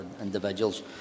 individuals